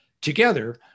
Together